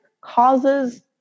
causes